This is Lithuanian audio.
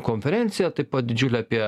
konferencija taip pat didžiulė apie